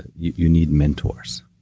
you need mentors.